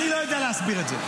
אני לא יודע להסביר את זה.